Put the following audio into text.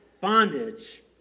bondage